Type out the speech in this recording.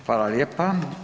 Hvala lijepa.